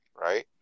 right